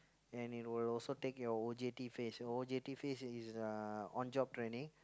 and it will also take your O_J_T phase your O_J_T phase is uh on job training